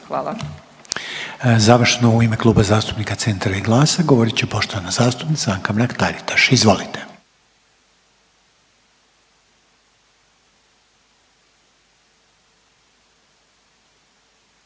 Željko (HDZ)** U ime Kluba zastupnika CENTRA i GLAS-a govorit će poštovana zastupnica Anka Mrak-Taritaš, izvolite.